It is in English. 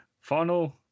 Final